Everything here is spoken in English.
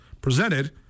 presented